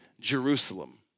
Jerusalem